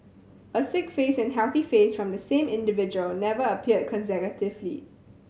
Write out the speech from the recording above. a sick face and healthy face from the same individual never appeared consecutively